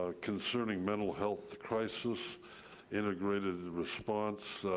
ah concerning mental health crisis integrated response